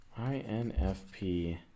INFP